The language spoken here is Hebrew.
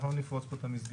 לא נפרוץ פה את המסגרת,